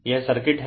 यह सर्किट हैं